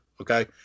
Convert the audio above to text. okay